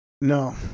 No